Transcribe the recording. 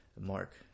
mark